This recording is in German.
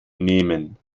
nehmen